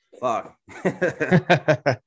Fuck